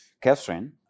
Catherine